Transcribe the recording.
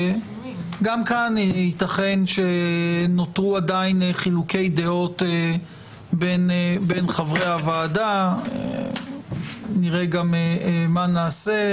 גם כאן יתכן שנותרו עדיין חילוקי דעות בין חברי הוועדה ונראה מה נעשה.